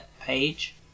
page